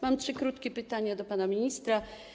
Mam trzy krótkie pytania do pana ministra.